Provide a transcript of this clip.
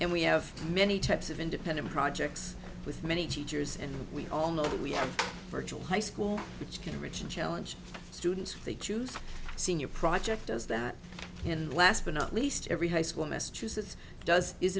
and we have many types of independent projects with many teachers and we all know that we have a virtual high school which can reach and challenge students they choose senior project as that and last but not least every high school in massachusetts does is